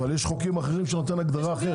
אבל יש חוקים אחרים שנותנים הגדרה אחרת.